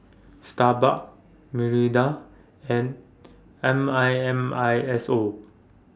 Starbucks Mirinda and M I N I S O